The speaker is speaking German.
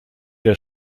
der